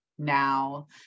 Now